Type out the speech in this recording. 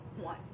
one